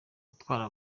gutwara